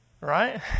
Right